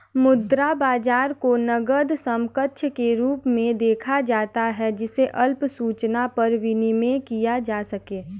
मुद्रा बाजार को नकद समकक्ष के रूप में देखा जाता है जिसे अल्प सूचना पर विनिमेय किया जा सके